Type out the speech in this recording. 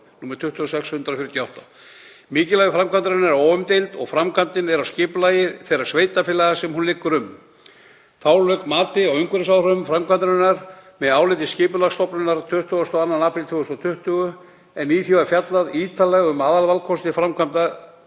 nr. 26/148. Mikilvægi framkvæmdarinnar er óumdeilt og framkvæmdin er á skipulagi þeirra sveitarfélaga sem hún liggur um. Þá lauk mati á umhverfisáhrifum framkvæmdarinnar með áliti Skipulagsstofnunar 22. apríl 2020 en í því var fjallað ítarlega um aðalvalkost framkvæmdaraðila,